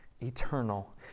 eternal